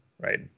right